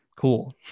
cool